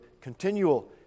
continual